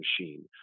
machine